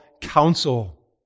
counsel